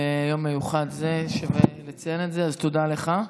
ביום מיוחד זה שווה לציין את זה, אז תודה לך.